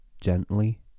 gently